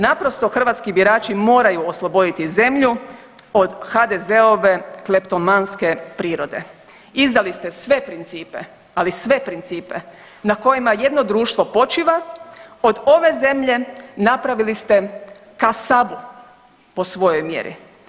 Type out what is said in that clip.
Naprosto hrvatski birači moraju osloboditi zemlju od HDZ-ove kleptomanske prirode, izdali ste sve principe, ali sve principe na kojima jedno društvo počiva, od ove zemlje napravili ste kasabl po svojoj mjeri.